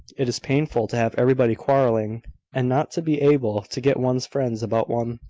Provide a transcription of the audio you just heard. it is painful to have everybody quarrelling, and not to be able to get one's friends about one,